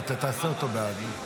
תכתוב אותו בעד.